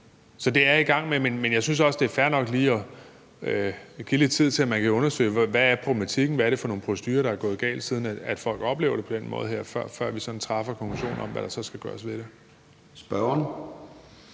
Så det er jeg i gang med. Men jeg synes også, at det er fair nok lige at give det lidt tid, så man kan undersøge, hvad problematikken er, og hvilke procedurer der er gået galt, siden folk oplever det på den måde, før vi sådan drager en konklusion om, hvad der skal gøres ved det. Kl.